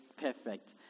perfect